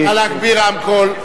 נא להגביר רמקול.